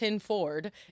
Ford